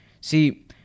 See